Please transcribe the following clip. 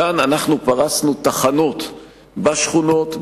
כאן אנחנו פרסנו תחנות בשכונות,